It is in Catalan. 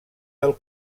del